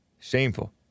Shameful